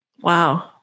Wow